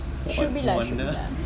should be lah should be lah